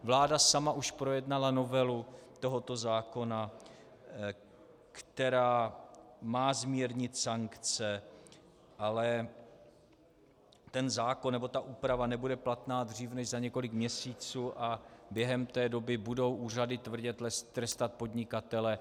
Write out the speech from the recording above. Vláda sama už projednala novelu tohoto zákona, která má zmírnit sankce, ale úprava nebude platná dřív než za několik měsíců a během této doby budou úřady tvrdě trestat podnikatele.